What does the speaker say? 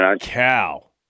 cow